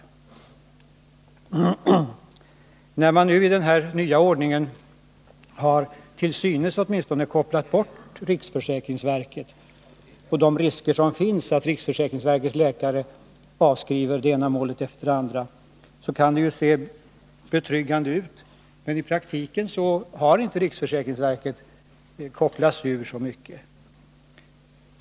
57 När man nu enligt den nya ordningen åtminstone till synes kopplat bort riksförsäkringsverket och de risker som finns att riksförsäkringsverkets läkare avskriver det ena målet efter det andra, så kan det ju se betryggande ut, men i praktiken har riksförsäkringsverket inte kopplats ur i så stor utsträckning.